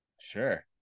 Sure